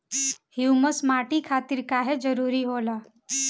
Humus माटी खातिर काहे जरूरी होला?